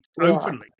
openly